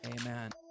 amen